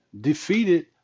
defeated